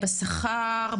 שכר,